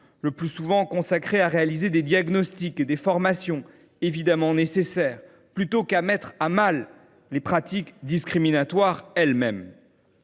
le plus souvent consacrés à réaliser des diagnostics et des formations – évidemment nécessaires – plutôt qu’à mettre à mal les pratiques discriminatoires elles mêmes.